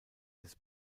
des